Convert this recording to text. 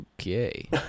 Okay